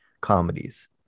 comedies